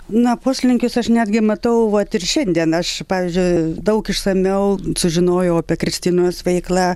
na poslinkius aš netgi matau vat ir šiandien aš pavyzdžiui daug išsamiau sužinojau apie kristinos veiklą